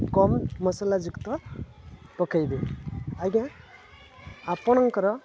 କମ୍ ମସଲା ଯୁକ୍ତ ପକେଇବେ ଆଜ୍ଞା ଆପଣଙ୍କର